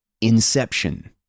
Inception